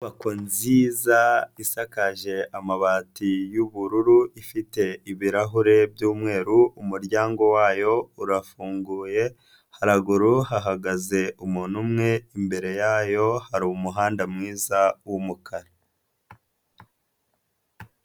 Inyubako nziza isakaje amabati y'ubururu, ifite ibirahure by'umweru, umuryango wayo urafunguye, haraguru hahagaze umuntu umwe, imbere yayo hari umuhanda mwiza w'umukara.